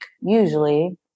usually